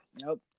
nope